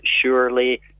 surely